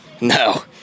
No